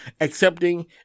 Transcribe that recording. accepting